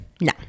No